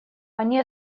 они